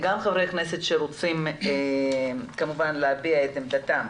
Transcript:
גם חברי כנסת שרוצים כמובן להביע את עמדתם.